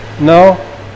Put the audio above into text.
no